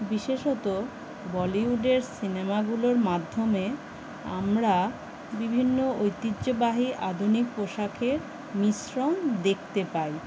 বিশেষত বলিউডের সিনেমাগুলোর মাধ্যমে আমরা বিভিন্ন ঐতিহ্যবাহী আধুনিক পোশাকের মিশ্রণ দেখতে পাই